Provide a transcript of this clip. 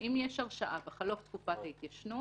אם יש הרשעה בחלוף תקופת ההתיישנות,